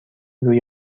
روی